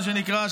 מה שנקרא,